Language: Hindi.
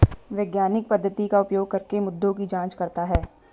वैज्ञानिक पद्धति का उपयोग करके मुद्दों की जांच करता है